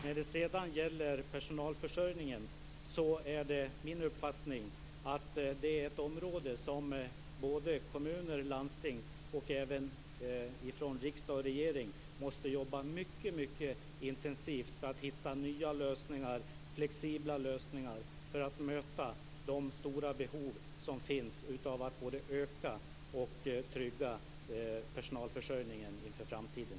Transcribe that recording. När det gäller personalförsörjningen är det min uppfattning att kommuner och landsting och även riksdag och regering måste jobba mycket intensivt för att hitta nya flexibla lösningar som kan möta de stora behov som finns av både ökad och tryggad personalförsörjning inför framtiden.